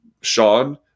Sean